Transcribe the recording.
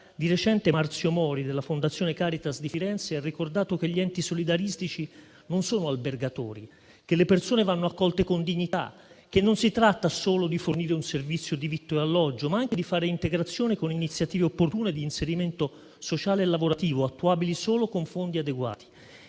Di recente Marzio Mori della Fondazione Caritas di Firenze ha ricordato che gli enti solidaristici non sono albergatori; che le persone vanno accolte con dignità; che non si tratta solo di fornire un servizio di vitto e alloggio, ma anche di fare integrazione con iniziative opportune di inserimento sociale e lavorativo attuabili solo con fondi adeguati.